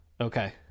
Okay